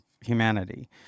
humanity